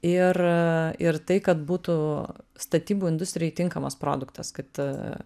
ir ir tai kad būtų statybų industrijai tinkamas produktas kad